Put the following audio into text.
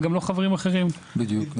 וגם לא חברים אחרים שנוסעים.